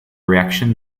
reaction